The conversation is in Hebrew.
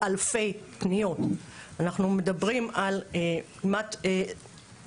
אנחנו מדברים על אלפי פניות.